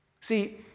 See